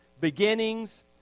beginnings